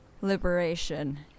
liberation